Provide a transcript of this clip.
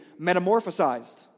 metamorphosized